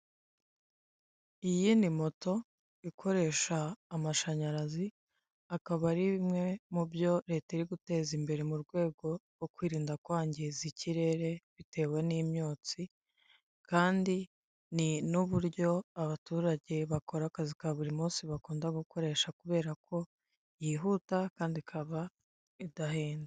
Iyi ni moto ikoresha amashanyarazi akaba ari bimwe mubyo leta iri guteza imbere mu rwego rwo kwirinda kwangiriza ikirere bitewe n'imyotse kandi ni n'uburyo abaturage bakora akazi ka buri munsi bakunda gukoresha kubera ko yihuta kandi ikaba idahenda.